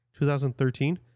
2013